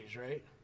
right